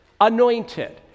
anointed